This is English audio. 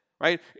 right